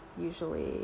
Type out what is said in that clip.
usually